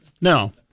no